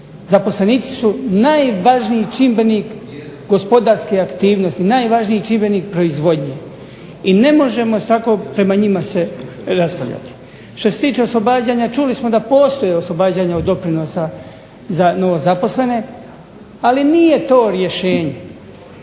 Zaposlenici su najvažniji čimbenik gospodarske aktivnosti, najvažniji čimbenik proizvodnje i ne može tako prema njima se raspravljati. Što se tiče oslobađanja, čuli smo da postoji oslobađanje od doprinosa za novozaposlene, ali nije to rješenje.